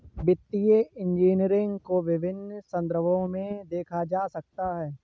वित्तीय इंजीनियरिंग को विभिन्न संदर्भों में देखा जा सकता है